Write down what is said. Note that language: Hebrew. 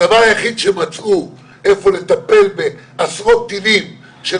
הדבר היחיד שמצאו איפה לטפל בעשרות טילים של